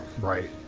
Right